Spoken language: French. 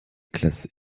classes